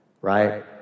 right